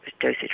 dosage